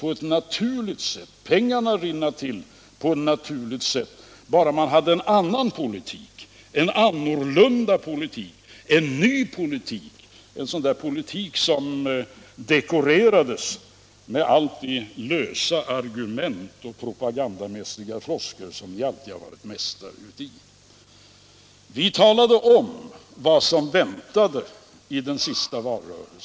Pengarna skulle rinna till på ett naturligt sätt bara man hade en annan politik, en annorlunda politik, en ny politik, en sådan där politik som dekorerades med alla de lösa argument och propagandamässiga floskler som ni alltid varit mästare i att föra fram. Till skillnad häremot talade vi om vad som väntade.